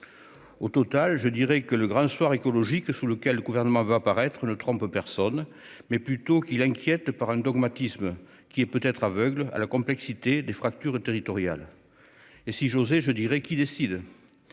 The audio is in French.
Au total, le Grand Soir écologique dans lequel le Gouvernement veut apparaître ne trompe personne. Au contraire, il inquiète, par un dogmatisme qui peut être aveugle à la complexité des fractures territoriales. Si j'osais, je demanderais qui décide.